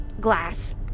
glass